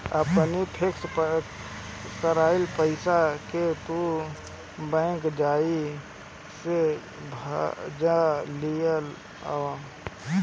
अपनी फिक्स कईल पईसा के तू बैंक जाई के भजा लियावअ